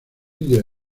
india